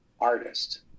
artist